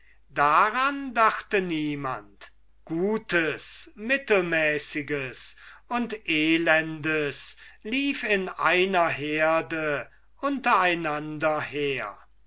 daran dachte niemand gutes mittelmäßiges und elendes lief in einer herde untereinander her